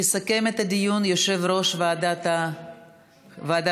יסכם את הדיון יושב-ראש ועדת החינוך,